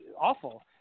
awful